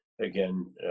again